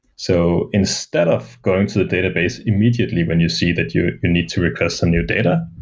so instead of going to the database immediately when you see that you need to request some new data,